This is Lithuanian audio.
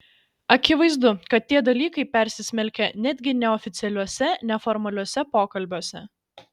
akivaizdu kad tie dalykai persismelkia netgi neoficialiuose neformaliuose pokalbiuose